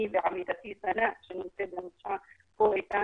אני ועמיתתי סנא, שנמצאת פה אתנו,